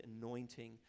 anointing